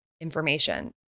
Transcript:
information